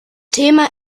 thema